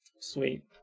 Sweet